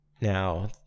Now